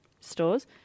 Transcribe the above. stores